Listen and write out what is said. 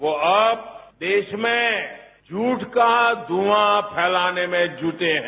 वह अब देश में झूठ का धुआं फैलाने में जुटे हैं